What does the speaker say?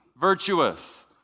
virtuous